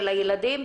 של הילדים,